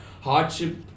hardship